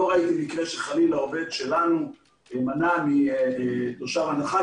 לא ראיתי מקרה חלילה שעובד שלנו מנע מתושב הנחה.